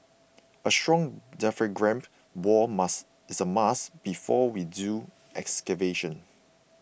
a strong diaphragm wall must is a must before we do excavation